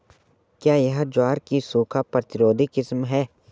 क्या यह ज्वार की सूखा प्रतिरोधी किस्म है?